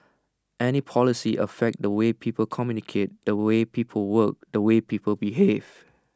any policies affect the way people communicate the way people work the way people behave